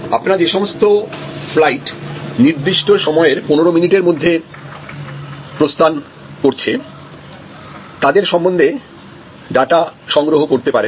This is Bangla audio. আপনারা যে সমস্ত ফ্লাইট নির্দিষ্ট সময়ের 15 মিনিটের মধ্যে প্রস্থান করছে তাদের সম্বন্ধে ডাটা সংগ্রহ করতে পারেন